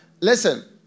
Listen